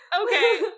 okay